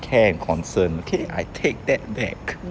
care and concern okay I take that back